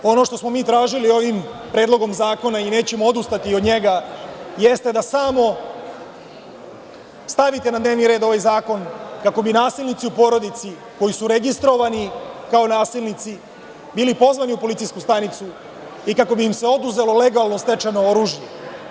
Ono što smo mi tražili ovim predlogom zakona i nećemo odustati od njega jeste da samo stavite na dnevni red ovaj zakon kako bi nasilnici u porodici, koji su registrovani kao nasilnici, bili pozvani u policijsku stanicu i kako bi im se oduzelo legalno stečeno oružje.